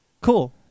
Cool